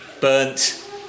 burnt